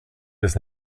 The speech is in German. des